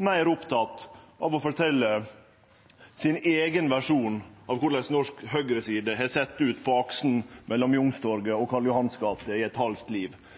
meir oppteken av å fortelje sin eigen versjon av korleis norsk høgreside har sett ut på aksen mellom Youngstorget og Karl Johans gate i eit halvt liv.